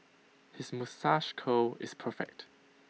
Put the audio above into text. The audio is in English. his moustache curl is perfect